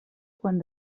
quan